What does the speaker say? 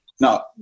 Now